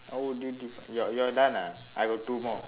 how would you define you're you're done ah I got two more